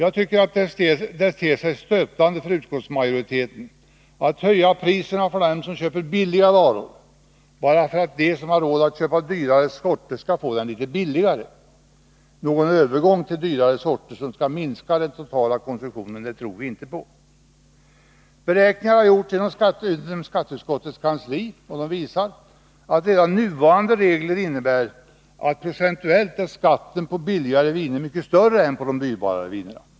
Det ter sig stötande för — Alkohol vid statlig riksdagsmajoriteten att höja priserna för dem som köper billiga varor bara för att de som har råd att köpa dyrare sorter skall få dem litet billigare. Någon övergång till dyrare sorter som skall minska den totala konsumtionen tror vi inte på. Beräkningar som gjorts inom utskottets kansli visar att redan nuvarande regler innebär att skatten på billigare viner procentuellt är mycket större än på dyrbarare.